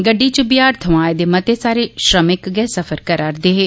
गड्डी च बिहार थमां आए दे मते सारे श्रमिक गै सफर करा'रदे हे